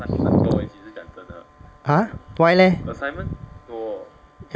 !huh! why leh